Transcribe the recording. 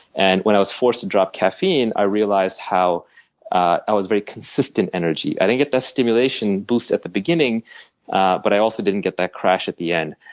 and when i was forced to drop caffeine, i realized ah i was very consistent energy. i didn't get that stimulation boost at the beginning but i also didn't get that crash at the end.